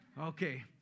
Okay